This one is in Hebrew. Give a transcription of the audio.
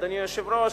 אדוני היושב-ראש,